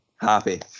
happy